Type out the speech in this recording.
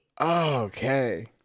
Okay